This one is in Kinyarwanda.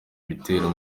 ibitero